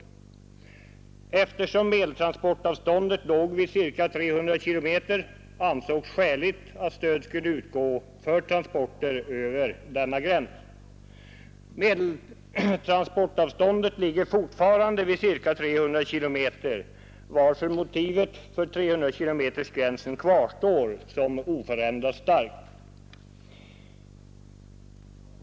Eftersom medeltransportavståndet låg på ca 300 km ansågs det skäligt att stöd skulle utgå för transporter som var längre. Medeltransportavståndet är fortfarande ca 300 km, varför motivet för 300-kilometersgränsen kvarstår oförändrat starkt.